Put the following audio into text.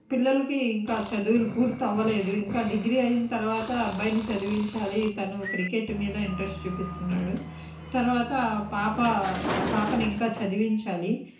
పిల్లలకి ఇంకా చదువులు పూర్తవలేదు ఇంకా డిగ్రీ అయినా తరువాత అబ్బాయిని చదివించాలి తను క్రికెట్ మీద ఇంట్రెస్ట్ చూపిస్తున్నారు తరువాత పాప పాపని ఇంకా చదివించాలి